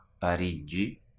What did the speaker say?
Parigi